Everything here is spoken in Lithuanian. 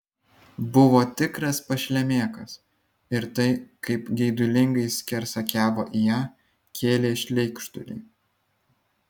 buvo tikras pašlemėkas ir tai kaip geidulingai skersakiavo į ją kėlė šleikštulį